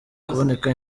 kuboneka